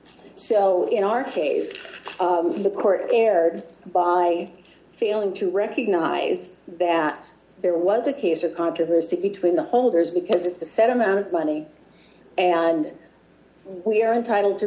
so in our case the court cared by failing to recognise that there was a case or controversy between the holders d because it's a set amount of money and we're entitled to